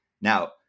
now